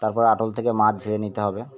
তারপর আটল থেকে মাছ ঝড়ে নিতে হবে